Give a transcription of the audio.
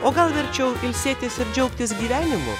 o gal verčiau ilsėtis ir džiaugtis gyvenimu